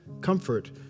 comfort